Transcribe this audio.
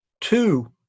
two